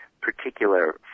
particular